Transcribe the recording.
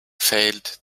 failed